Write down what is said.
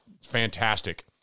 fantastic